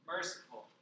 Merciful